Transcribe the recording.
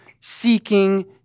seeking